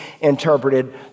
interpreted